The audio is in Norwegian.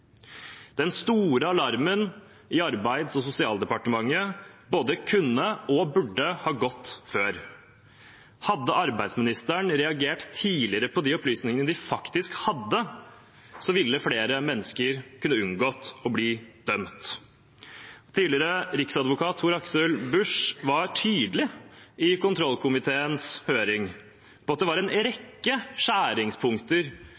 Den store alarmen i Arbeids- og sosialdepartementet både kunne og burde ha gått før. Hadde arbeidsministeren reagert tidligere på de opplysningene de faktisk hadde, ville flere mennesker kunne unngått å bli dømt. Tidligere riksadvokat Tor-Aksel Busch var tydelig i kontrollkomiteens høring på at det var en